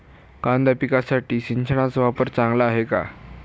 कांदा पिकासाठी सिंचनाचा वापर चांगला आहे का?